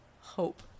hope